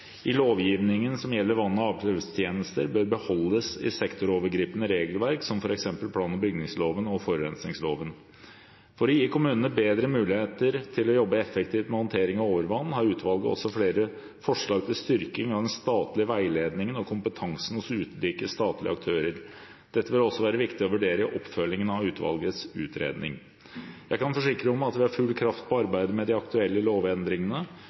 i lovgivningen som gjelder vann- og avløpstjenester, bør beholdes i sektorovergripende regelverk, som f.eks. plan- og bygningsloven og forurensningsloven. For å gi kommunene bedre muligheter til å jobbe effektivt med håndtering av overvann har utvalget også flere forslag til styrking av den statlige veiledningen og kompetansen hos ulike statlige aktører. Dette vil også være viktig å vurdere i oppfølgingen av utvalgets utredning. Jeg kan forsikre om at vi har full kraft på arbeidet med de aktuelle lovendringene.